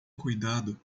cuidado